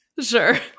Sure